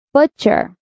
Butcher